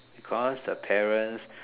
because the parents